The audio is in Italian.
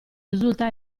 risulta